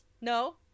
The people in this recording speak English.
no